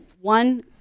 one